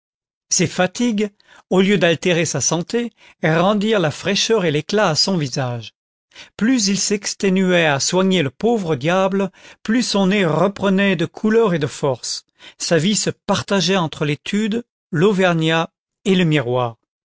ces fatigues au lieu d'altérer sa santé rentrent la fraîcheur et l'éclat à son visage plus il s'exténuait à soigner le pauvre diable plus son nez reprenait de couleur et de force sa vie se partageait entre l'étude l'auvergnat et le miroir